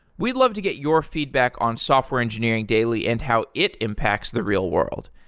we'd love to get your feedback on software engineering daily and how it impacts the real world.